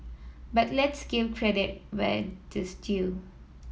but let's give credit where it is due